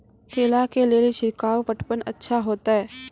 केला के ले ली छिड़काव पटवन अच्छा होते?